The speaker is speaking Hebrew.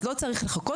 אז לא צריך לחכות.